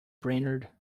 brainerd